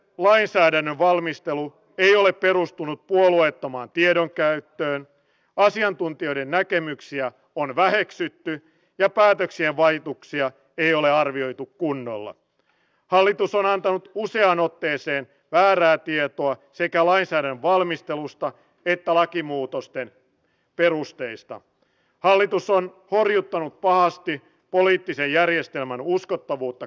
jos tarjotaan mahdollisuus hakea mantereitten läpi jostain turvallista paikkaa minne myöhemmin voidaan tuoda perhekin mukaan sitä ei ole arvioitu kunnolla valitus on häntä useaan otteeseen voi verrata kuukauden kahden kuukauden kolmen kuukauden työkeikkaan joka on sovittu ja suunniteltu etukäteen